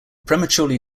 prematurely